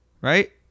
right